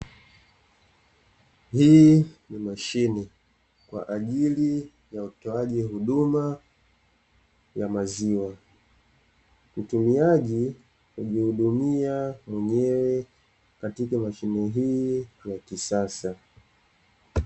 Hii ni mashine kwa ajili ya utoaji huduma ya maziwa. Mtumiaji hujihudumia mwenyewe katika mashine hii ya kisasa.